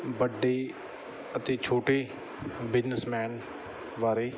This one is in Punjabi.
ਵੱਡੇ ਅਤੇ ਛੋਟੇ ਬਿਜਨਸਮੈਨ ਬਾਰੇ